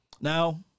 Now